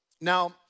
Now